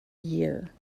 year